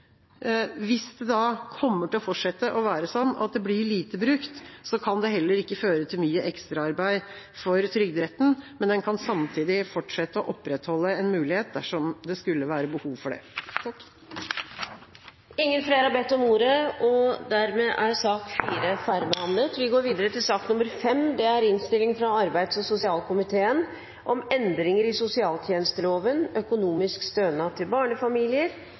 Hvis det kommer til å fortsette å være sånn at ordninga blir lite brukt, kan det heller ikke føre til mye ekstraarbeid for Trygderetten. En kan samtidig fortsette å opprettholde en mulighet dersom det skulle være behov for det. Representanten Lise Christoffersen har tatt opp det forslaget hun refererte til. Flere har ikke bedt om ordet til sak nr. 4. Etter ønske fra arbeids- og sosialkomiteen vil presidenten foreslå at taletiden blir begrenset til